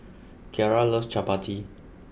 Kiarra loves Chapati